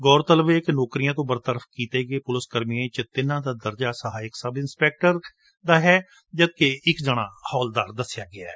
ਗੌਰ ਤਲਬ ਏ ਕਿ ਨੌਕਰੀਆਂ ਤੋਂ ਬਰਤਰਫ ਕੀਤੇ ਗਏ ਪੁਲਿਸ ਕਰਮੀਆਂ ਵਿਚ ਤਿੰਨਾਂ ਦਾ ਦਰਜਾ ਸਹਾਇਕ ਸਬ ਇੰਸਪੈਕਟਰ ਦਾ ਏ ਜਦਕਿ ਇਕ ਜਣਾ ਹੌਲਦਾਰ ਸੀ